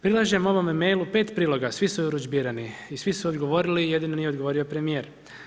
Prilažem ovo mailu 5 priloga, svi su urudžbirani i svi su odgovorili, jedino nije odgovorio premijer.